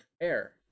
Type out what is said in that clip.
air